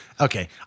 Okay